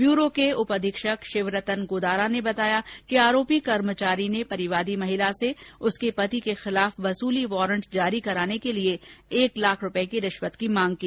bureau के उप अधीक्षक शिवरतन गोदारा ने बताया कि आरोपी कर्मचारी ने परिवादी महिला से उसके पति के खिलाफ वसूली वारंट जारी कराने के लिये एक लाख रूपए की रिश्वत की मांग की